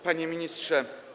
Panie Ministrze!